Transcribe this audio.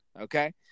okay